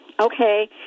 okay